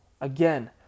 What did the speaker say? Again